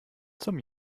zum